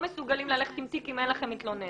מסוגלים ללכת עם תיק אם אין לכם מתלוננת,